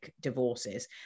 divorces